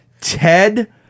Ted